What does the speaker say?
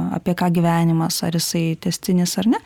apie ką gyvenimas ar jisai tęstinis ar ne